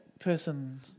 Person